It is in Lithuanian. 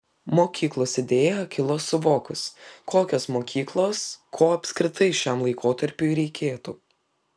mokyklos idėja kilo suvokus kokios mokyklos ko apskritai šiam laikotarpiui reikėtų